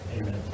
amen